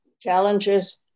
challenges